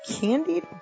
candied